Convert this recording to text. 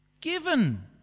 given